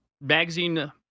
magazine